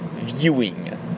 viewing